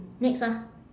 next ah